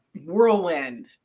Whirlwind